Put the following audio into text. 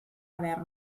haver